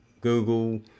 google